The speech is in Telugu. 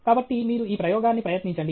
కాబట్టి మీరు ఈ ప్రయోగాన్ని ప్రయత్నించండి